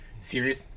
serious